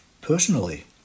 personally